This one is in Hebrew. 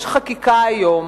יש חקיקה היום,